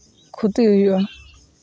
ᱠᱷᱩᱛᱤ ᱦᱩᱭᱩᱜᱼᱟ